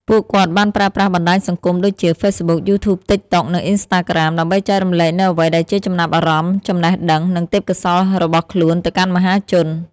ពួកគាត់បានប្រើប្រាស់បណ្តាញសង្គមដូចជា ហ្វេសប៊ុក យូធូប តិកតុក និងអុីនស្តាក្រាម ដើម្បីចែករំលែកនូវអ្វីដែលជាចំណាប់អារម្មណ៍ ចំណេះដឹង និងទេពកោសល្យរបស់ខ្លួនទៅកាន់មហាជន។